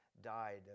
Died